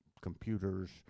computers